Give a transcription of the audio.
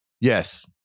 Yes